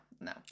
no